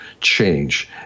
change